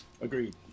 agreed